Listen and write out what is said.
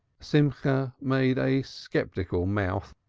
simcha made a sceptical mouth,